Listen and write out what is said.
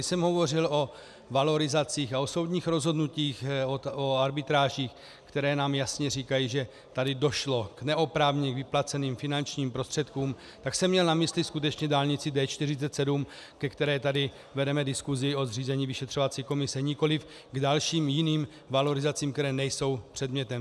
A když jsem hovořil o valorizacích a o soudních rozhodnutích, o arbitrážích, které nám jasně říkají, že tady došlo k neoprávněně vyplaceným finančním prostředkům, tak jsem měl na mysli skutečně dálnici D47, ke které tady vedeme diskusi o zřízení vyšetřovací komise, nikoliv k dalším jiným valorizacím, které nejsou předmětem.